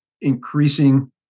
Increasing